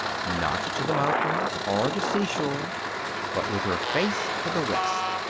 not to the mountains or the seashore but with her face to the west.